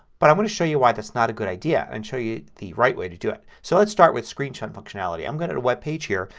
but i want to show you why that's not a good idea and show you the right way to do it. so let's start with screenshot functionality. i'm at a webpage here.